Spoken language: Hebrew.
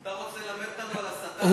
אתה רוצה ללמד אותנו על הסתה, טיבי?